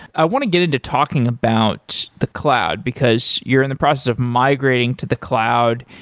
i want to get into talking about the cloud, because you're in the process of migrating to the cloud,